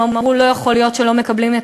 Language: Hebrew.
הם אמרו: לא יכול להיות שלא מקבלים את